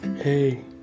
Hey